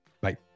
Bye